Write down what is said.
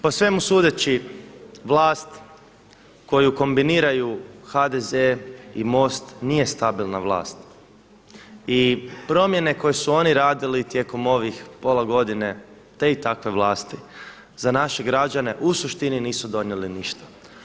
Po svemu sudeći vlast koju kombiniraju HDZ i MOST nije stabilna vlast i promjene koje su oni radili tijekom ovih pola godine te i takve vlasti za naše građane u suštini nisu donijele ništa.